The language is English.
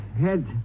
head